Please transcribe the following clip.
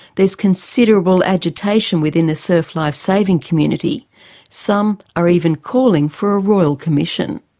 there's considerable agitation within the surf lifesaving community some are even calling for a royal commission.